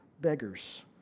beggars